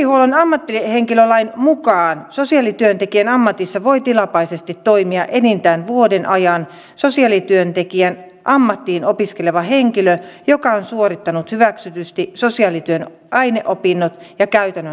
sosiaalihuollon ammattihenkilölain mukaan sosiaalityöntekijän ammatissa voi tilapäisesti toimia enintään vuoden ajan sosiaalityöntekijän ammattiin opiskeleva henkilö joka on suorittanut hyväksytysti sosiaalityön aineopinnot ja käytännön harjoittelun